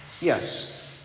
Yes